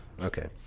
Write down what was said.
Okay